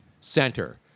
Center